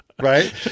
Right